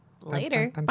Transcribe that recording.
Later